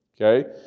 Okay